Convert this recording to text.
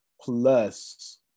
Plus